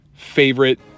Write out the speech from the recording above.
favorite